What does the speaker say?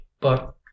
But